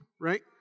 right